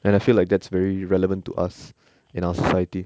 and I feel like that's very relevant to us in our society